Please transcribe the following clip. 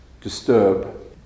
disturb